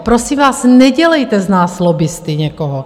Prosím vás, nedělejte z nás lobbisty někoho.